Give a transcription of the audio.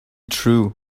true